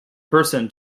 person